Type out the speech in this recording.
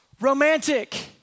romantic